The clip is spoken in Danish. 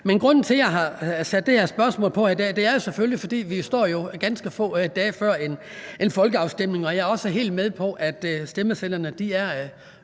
Grunden til, at jeg har stillet det her spørgsmål i dag, er selvfølgelig, at vi står ganske få dage før en folkeafstemning. Jeg er også helt med på, at stemmesedlerne med